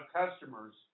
customers